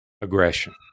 aggression